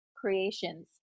creations